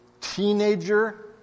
Teenager